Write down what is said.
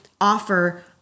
offer